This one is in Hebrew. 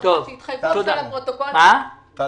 ממשרד הרווחה שיתחייבו לפרוטוקול משרד